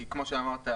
כי כמו שאמרת,